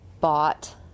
bought